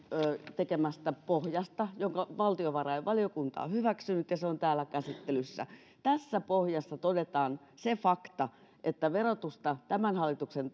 tekemästä pohjasta jonka valtiovarainvaliokunta on hyväksynyt ja joka on täällä käsittelyssä tässä pohjassa todetaan se fakta että verotusta tämän hallituksen